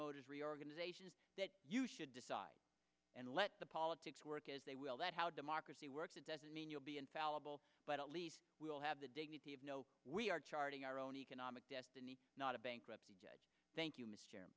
motors reorganization that you should decide and let the politics work as they will that how democracy works it doesn't mean you'll be infallible but at least we will have the dignity of know we are charting our own economic destiny not a bankruptcy judge thank